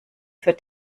für